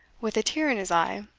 with a tear in his eye,